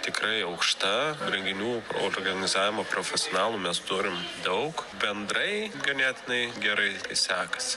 tikrai aukšta renginių organizavimo profesionalų mes turim daug bendrai ganėtinai gerai sekasi